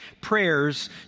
prayers